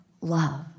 love